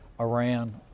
Iran